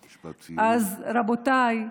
רבותיי,